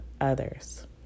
others